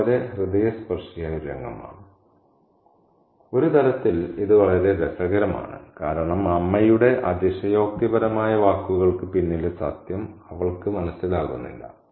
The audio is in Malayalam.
ഇത് വളരെ ഹൃദയസ്പർശിയായ ഒരു രംഗമാണ് ഒരു തലത്തിൽ ഇത് വളരെ രസകരമാണ് കാരണം അമ്മയുടെ അതിശയോക്തിപരമായ വാക്കുകൾക്ക് പിന്നിലെ സത്യം അവൾക്ക് മനസ്സിലാകുന്നില്ല